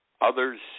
others